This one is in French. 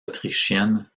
autrichienne